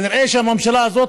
כנראה שהממשלה הזאת,